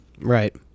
Right